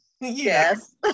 yes